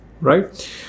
right